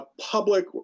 Public